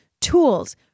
tools